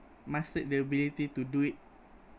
mastered the ability to do it